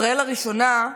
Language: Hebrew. ישראל הראשונה,